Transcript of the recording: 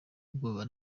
ubwoba